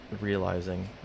realizing